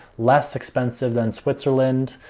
less expensive than switzerland.